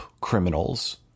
criminals